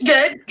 Good